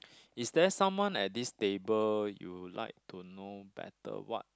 is there someone at this table you like to know better what